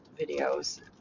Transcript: videos